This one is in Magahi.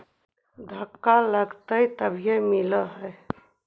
धक्का लगतय तभीयो मिल है?